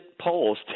polls